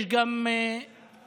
יש גם אזרחים,